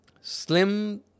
Slim